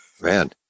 Man